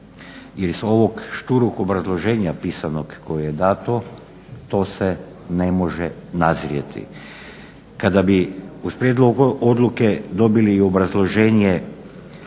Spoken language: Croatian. Jer iz ovog šturog obrazloženja pisanog koje je dato to se ne može nazrijeti. Kada bi uz prijedlog odluke dobili i obrazloženje